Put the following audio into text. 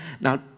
Now